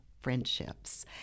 friendships